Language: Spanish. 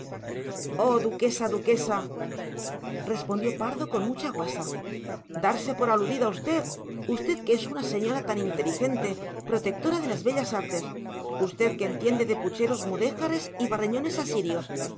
duquesa duquesa respondió pardo con mucha guasa darse por aludida usted usted que es una señora tan inteligente protectora de las bellas artes usted que entiende de pucheros mudéjares y barreñones asirios